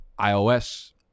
ios